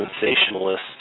sensationalist